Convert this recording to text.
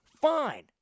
fine